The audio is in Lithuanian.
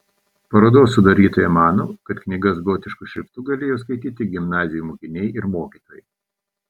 parodos sudarytoja mano kad knygas gotišku šriftu galėjo skaityti gimnazijų mokiniai ir mokytojai